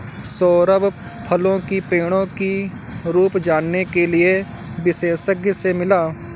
सौरभ फलों की पेड़ों की रूप जानने के लिए विशेषज्ञ से मिला